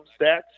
stats